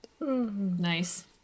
Nice